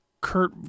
Kurt